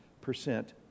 percent